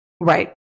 Right